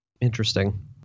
Interesting